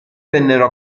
vennero